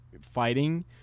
fighting